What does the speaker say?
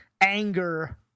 anger